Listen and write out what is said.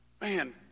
Man